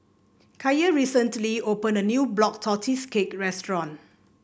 Kiya recently opened a new Black Tortoise Cake restaurant